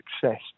success